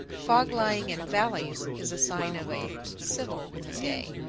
fog lying in valleys is a sign of a civil day.